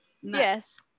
Yes